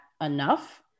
enough